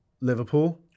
Liverpool